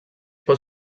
pot